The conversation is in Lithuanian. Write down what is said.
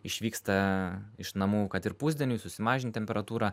išvyksta iš namų kad ir pusdieniui susimažint temperatūrą